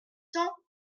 cents